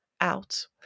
out